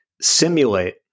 simulate